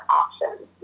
options